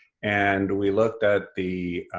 and we looked at the